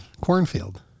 cornfield